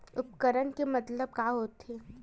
उपकरण के मतलब का होथे?